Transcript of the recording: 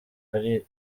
ari